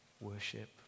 worship